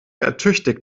ertüchtigt